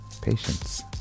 Patience